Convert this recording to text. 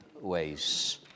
ways